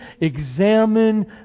examine